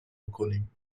بکنیم